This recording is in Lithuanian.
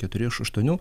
keturi iš aštuonių